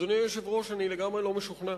אדוני היושב-ראש, אני לגמרי לא משוכנע.